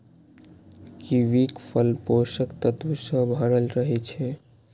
कीवीक फल पोषक तत्व सं भरल रहै छै